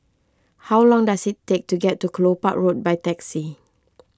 how long does it take to get to Kelopak Road by taxi